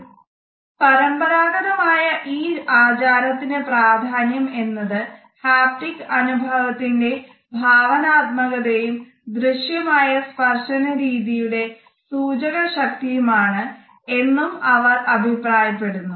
"പരമ്പരാഗതമായ ഈ ആചാരത്തിന്റെ പ്രാധാന്യം എന്നത് ഹാപ്റ്റിക് അനുഭവത്തിന്റെ ഭാവനാത്മകതയും ദൃശ്യമായ സ്പർശന രീതിയുടെ സൂചക ശക്തിയുമാണ്" എന്നും അവർ അഭിപ്രായപ്പെടുന്നു